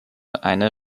eine